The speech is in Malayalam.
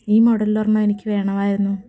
ഈ മോഡലിൽ വരുന്ന എനിക്ക് വേണമായിരുന്നു